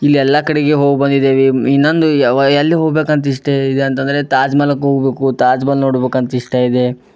ಇಲ್ಲಿ ಎಲ್ಲ ಕಡೆಗೆ ಹೋಗಿ ಬಂದಿದ್ದೇವೆ ಇನ್ನೊಂದು ಎಲ್ಲಿ ಹೋಗ್ಬೇಕಂತ ಇಷ್ಟ ಇದೆ ಅಂತಂದರೆ ತಾಜ್ ಮಹಲಕ್ ಹೋಬೇಕು ತಾಜ್ ಮಹಲ್ ನೋಡ್ಬೇಕಂತ ಇಷ್ಟ ಇದೆ